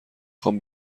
خوام